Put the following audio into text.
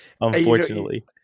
Unfortunately